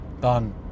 done